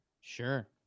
Sure